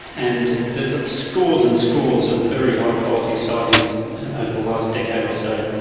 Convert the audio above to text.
and there's scores and scores of very high quality sightings over the last decade or so,